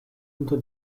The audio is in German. unter